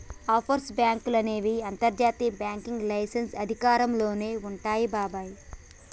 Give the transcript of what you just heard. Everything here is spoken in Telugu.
ఆఫ్షోర్ బాంకులు అనేవి అంతర్జాతీయ బ్యాంకింగ్ లైసెన్స్ అధికారంలోనే వుంటాయి బాబాయ్